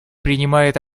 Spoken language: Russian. принимает